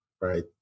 right